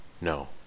No